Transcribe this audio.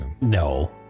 No